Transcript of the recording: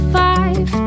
five